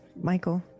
Michael